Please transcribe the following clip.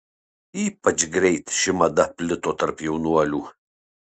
ypač greit ši mada plito tarp jaunuolių